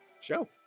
show